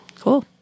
Cool